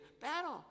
Battle